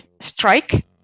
strike